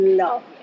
love